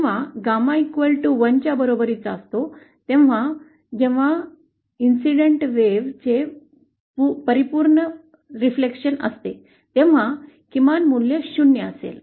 लक्षात घ्या जेव्हा जेव्हा 𝚪 1 च्या बरोबरीचा असतो तेव्हा जेव्हा घटना लहरीचे परिपूर्ण प्रतिबिंब असते तेव्हा किमान मूल्य 0 असेल